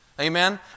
Amen